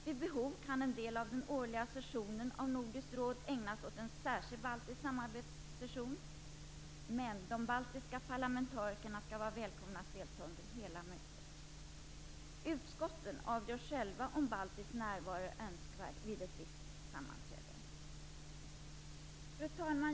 Vid behov kan en del av den årliga sessionen av Nordiska rådet ägnas åt en särskild baltisk samarbetssession, men de baltiska parlamentarikerna skall vara välkomna att delta under hela mötet. Utskotten avgör själva om baltisk närvaro är önskvärd vid ett visst sammanträde. Fru talman!